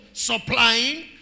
Supplying